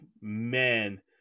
man